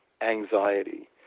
anxiety